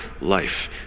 life